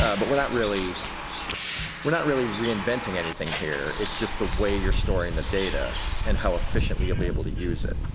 ah but we are not really we are not really reinventing anything here. it's just the way you're storing the data and how efficiently you'll be able to use it.